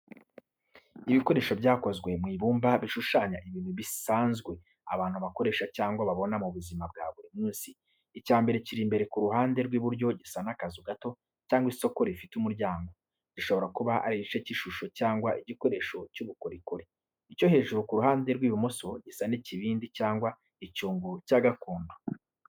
Ibikoresho byakozwe mu ibumba bishushanya ibintu bisanzwe abantu bakoresha cyangwa babona mu buzima bwa buri munsi. Icya mbere kiri imbere ku ruhande rw’iburyo gisa n’akazu gato cyangwa isoko rifite umuryango, gishobora kuba ari igice cy’ishusho cyangwa igikoresho cy’ubukorikori. Icyo hejuru ku ruhande rw’ibumoso gisa n’ikibindi cyangwa icyungo cya gakondo.